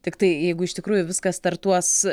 tiktai jeigu iš tikrųjų viskas startuos